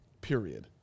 Period